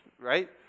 right